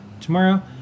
tomorrow